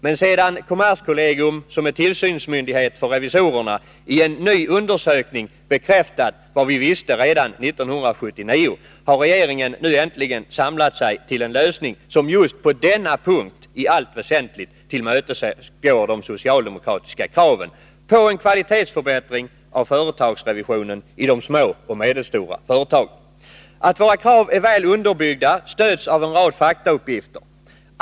Men sedan kommerskollegium — som är tillsynsmyndighet för revisorerna — i en ny undersökning bekräftat vad vi visste redan 1979, har regeringen nu äntligen samlat sig till en lösning som på just denna punkt i allt väsentligt tillmötesgår de socialdemokratiska kraven på en kvalitetsförbättring av företagsrevisionen i de små och medelstora företagen. Att våra krav är väl underbyggda stöds av en rad faktauppgifter.